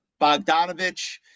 Bogdanovich